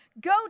Go